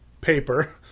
paper